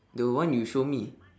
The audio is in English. the one you show me